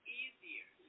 easier